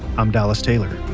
i'm dallas taylor